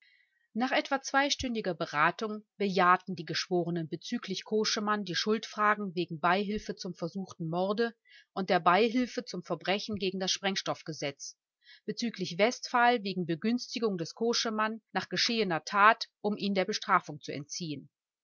nach etwa zweistündiger beratung bejahten die geschworenen bezüglich koschemann die schuldfragen wegen beihilfe zum versuchten morde und der beihilfe zum verbrechen gegen das sprengstoffgesetz bezüglich westphal wegen begünstigung des koschemann nach geschehener tat um ihn der bestrafung zu entziehen